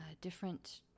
different